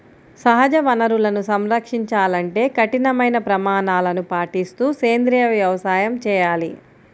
సహజ వనరులను సంరక్షించాలంటే కఠినమైన ప్రమాణాలను పాటిస్తూ సేంద్రీయ వ్యవసాయం చేయాలి